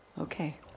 Okay